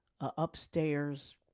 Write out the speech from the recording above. upstairs